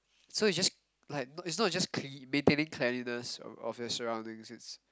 so you just like is not just maintaining cleanliness of of your surroundings it's